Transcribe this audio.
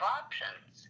options